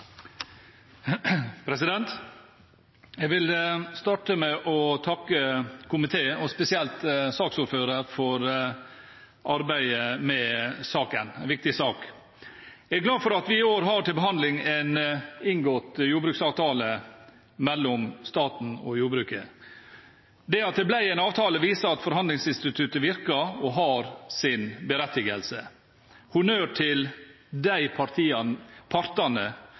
en viktig sak. Jeg er glad for at vi i år har til behandling en inngått jordbruksavtale mellom staten og jordbruket. Det at det ble en avtale, viser at forhandlingsinstituttet virker og har sin berettigelse – honnør til de partene